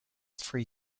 three